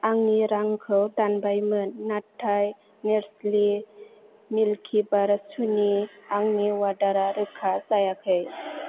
आंनि रांखौ दानबायमोन नाथाय नेर्स्लि मिल्किबार चुनि आंनि अर्डारा रोखा जायाखै